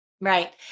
Right